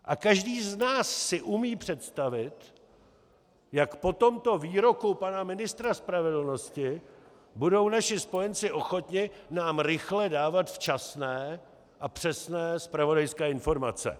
A každý z nás si umí představit, jak po tomto výroku pana ministra spravedlnosti budou naši spojenci ochotni nám rychle dávat včasné a přesné zpravodajské informace.